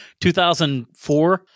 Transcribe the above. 2004